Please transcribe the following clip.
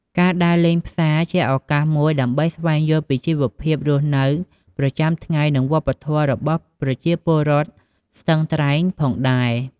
ការដើរលេងផ្សារក៏ជាឱកាសមួយដើម្បីស្វែងយល់ពីជីវភាពរស់នៅប្រចាំថ្ងៃ និងវប្បធម៌របស់ប្រជាពលរដ្ឋស្ទឹងត្រែងផងដែរ។